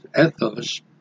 ethos